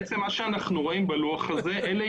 מדובר